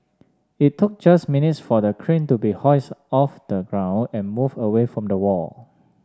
it took just minutes for the crane to be hoisted off the ground and moved away from the wall